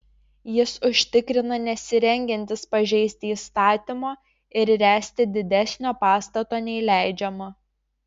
jis užtikrina nesirengiantis pažeisti įstatymo ir ręsti didesnio pastato nei leidžiama